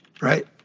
right